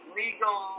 legal